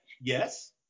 Yes